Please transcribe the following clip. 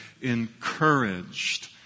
encouraged